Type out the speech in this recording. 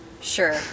Sure